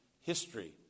history